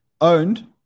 owned